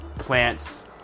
plants